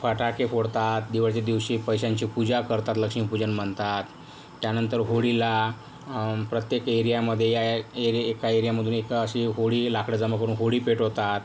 फटाके फोडतात दिवाळीच्या दिवशी पैशांची पूजा करतात लक्ष्मी पूजन म्हणतात त्यानंतर होळीला प्रत्येक एरियामध्ये ह्या ह्या एरिया एका एरियामधून एक अशी होळी लाकडं जमा करून होळी पेटवतात